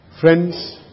Friends